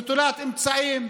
נטולת אמצעים,